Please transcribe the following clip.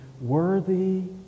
Worthy